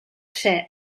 ser